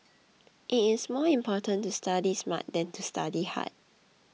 it's more important to study smart than to study hard